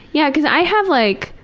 yeah cause i have like,